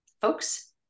folks